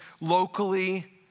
locally